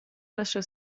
lascia